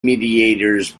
mediators